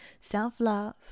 self-love